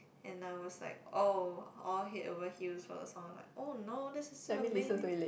and I was like oh all head over heels for the song was like oh no this is her amazing